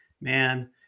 man